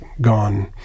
gone